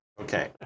okay